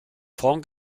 form